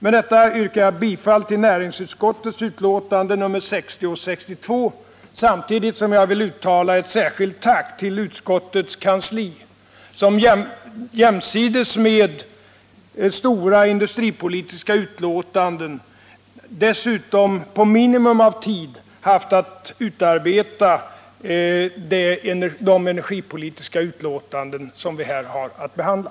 Med detta yrkar jag bifall till näringsutskottets hemställan i dess betänkanden nr 60 och 62, samtidigt som jag vill uttala ett särskilt tack till utskottets kansli, som jämsides med stora industripolitiska utlåtanden, dessutom på minimum av tid, haft att utarbeta de energipolitiska utlåtanden som vi här har att behandla.